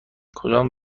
کدام